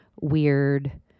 weird